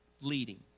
leading